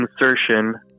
insertion